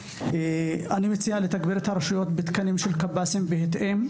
אני מציע לתגבר את הרשויות בתקנים של קב״סים בהתאם.